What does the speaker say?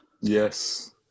Yes